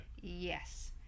Yes